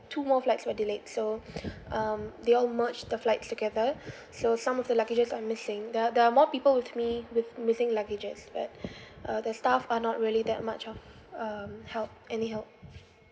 two more flights were delayed so um they all merge the flights together so some of the luggages are missing the there are more people with me with missing luggages but uh the staff are not really that much of um help any help